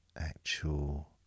actual